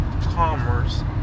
commerce